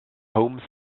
homes